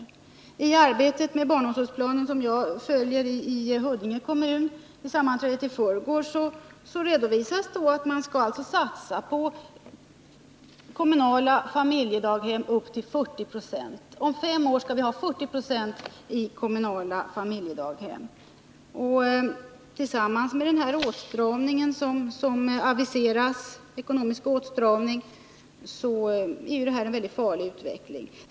Jag följer arbetet med barnomsorgsplanen i Huddinge kommun, där man vid sammanträdet i förrgår redovisade att man skall satsa på kommunala familjedaghem upp till 40 96. Om fem år skall vi ha 40 96 av barnen i kommunala familjedaghem. Tillsammans med den ekonomiska åtstramning som aviseras är detta en mycket farlig utveckling.